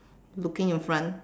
looking in front